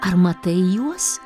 ar matai juos